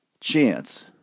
chance